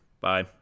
Bye